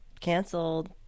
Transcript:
canceled